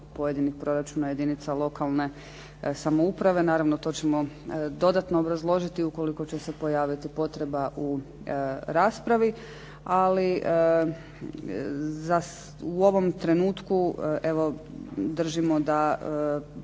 pojedinih proračuna jedinica lokalne samouprave. Naravno, to ćemo dodatno obrazložiti ukoliko će se pojaviti potreba u raspravi ali u ovom trenutku evo držimo da ovisno